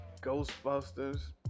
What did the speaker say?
ghostbusters